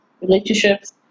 relationships